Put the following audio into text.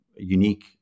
unique